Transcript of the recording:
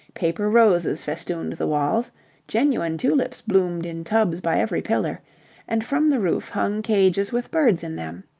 paper roses festooned the walls genuine tulips bloomed in tubs by every pillar and from the roof hung cages with birds in them.